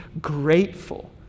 grateful